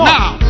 Now